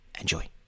enjoy